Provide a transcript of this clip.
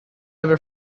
ever